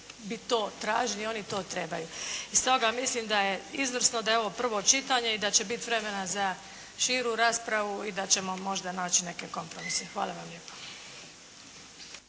bi to tražili i oni to trebaju. Stoga mislim da je izvrsno da je ovo prvo čitanje i da će bit vremena za širu raspravu i da ćemo možda naći neke kompromise. Hvala vam lijepo.